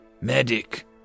medic